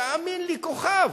תאמין לי, כוכב.